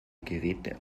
geräte